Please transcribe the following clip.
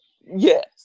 yes